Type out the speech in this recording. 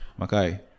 Makai